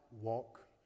walk